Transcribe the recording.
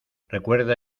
recuerda